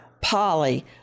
Polly